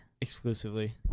Exclusively